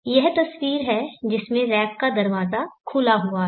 यह तस्वीर है जिसमें रैक का दरवाजा खुला हुआ है